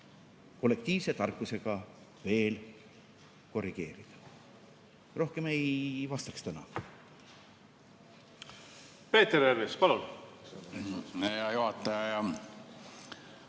kollektiivse tarkusega veel korrigeerida. Rohkem ei vastaks täna. Peeter Ernits, palun!